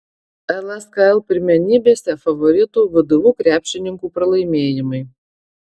lskl pirmenybėse favoritų vdu krepšininkų pralaimėjimai